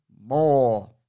more